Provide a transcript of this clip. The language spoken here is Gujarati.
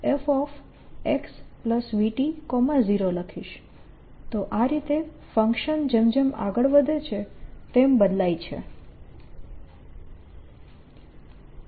તો આ રીતે ફંક્શન જેમ જેમ આગળ વધે છે તેમ બદલાય છે